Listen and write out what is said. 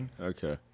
Okay